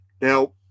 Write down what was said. Now